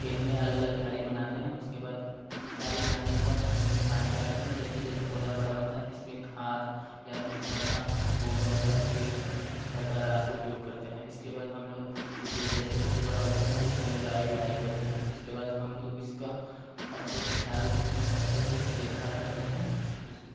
खेत में अलग अलग क्यारी बनाते हैं उसके बाद क्यारी बनाने के बाद हम इसमें पानी डालते हैं जैसे जैसे पौधा बड़ा होता है इसमें खाद या तो फिर घर का गोबर या तो फिर घर का राख उपयोग करते हैं इसके बाद हम लोग इसे जैसे जैसे बड़ा हो जाता है इसका निराई गुड़ाई करते हैं उसके बाद हम लोग इसका अच्छे से ख़्याल म अच्छे से देखभाल करते हैं उस